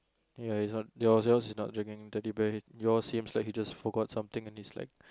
ya he's not yours is not dragging Teddy Bear yours seems like he just forgot something and he's like